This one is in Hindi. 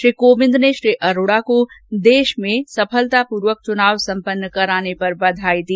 श्री कोविंद ने श्री अरोड़ा को देश में सफलतापूर्वक चुनाव संपन्न होने पर बधाई दी